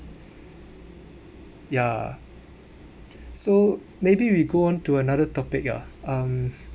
ya so maybe we go on to another topic ah um